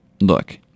look